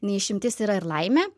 ne išimtis yra ir laimė